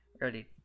ready